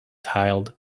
tiled